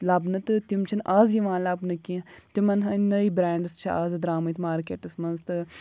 لَبنہٕ تہٕ تِم چھِنہٕ اَز یِوان لَبنہٕ کیٚنٛہہ تِمَن ہٕنٛدۍ نٔے برٛینٛڈٕس چھِ اَز درٛامٕتۍ مارکیٹَس منٛز تہٕ